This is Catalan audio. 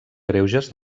greuges